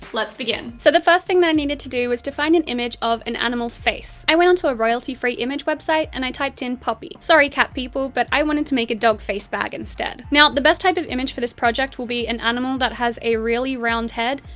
let's begin! so the first thing that i needed to do was to find an image of an animal's face. i went onto a royalty-free image website and i typed in puppy. sorry cat people, but i wanted to make a dog face bag instead. now, the best type of image for this project will be an animal that has a really round head,